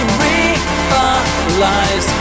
realize